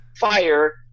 fire